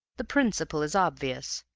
the principle is obvious.